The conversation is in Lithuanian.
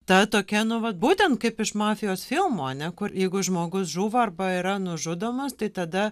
ta tokia nu vat būtent kaip iš mafijos filmo ane kur jeigu žmogus žūva arba yra nužudomas tai tada